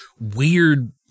weird